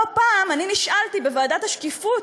לא פעם נשאלתי בוועדת השקיפות,